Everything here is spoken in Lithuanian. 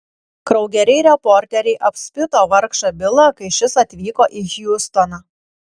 kraugeriai reporteriai apspito vargšą bilą kai šis atvyko į hjustoną